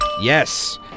Yes